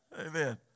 Amen